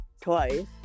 twice